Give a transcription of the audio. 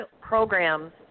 programs